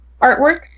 artwork